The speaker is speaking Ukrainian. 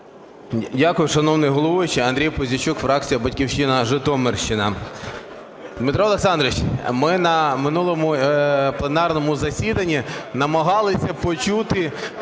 Дякую, шановний головуючий. Андрій Пузійчук, фракція "Батьківщина", Житомирщина. Дмитро Олександрович, ми на минулому планерному засіданні намагалися почути